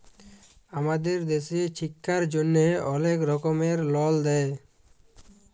আমাদের দ্যাশে ছিক্ষার জ্যনহে অলেক রকমের লল দেয়